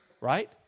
Right